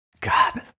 God